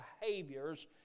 behaviors